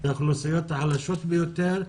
את האוכלוסיות החלשות ביותר,